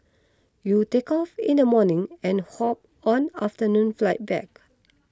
you'll take off in the morning and hop on afternoon flight back